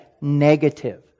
negative